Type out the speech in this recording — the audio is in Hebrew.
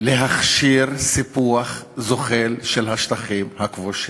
להכשיר סיפוח זוחל של השטחים הכבושים.